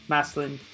Maslin